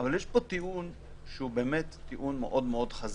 יש פה טיעון שהוא באמת טיעון מאוד מאוד חזק.